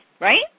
right